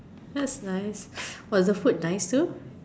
thats nice was the food nicer